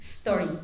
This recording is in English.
story